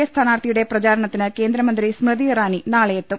A സ്ഥാനാർത്ഥിയുടെ പ്രചാരണ ത്തിന് കേന്ദ്രമന്ത്രി സ്മൃതി ഇറാനി നാളെയെത്തും